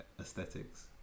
aesthetics